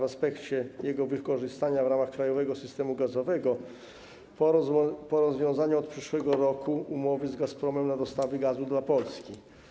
Chodzi o jego wykorzystanie w ramach krajowego systemu gazowego po rozwiązaniu od przyszłego roku umowy z Gazpromem na dostawy gazu do Polski.